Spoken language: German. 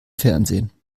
fernsehen